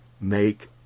make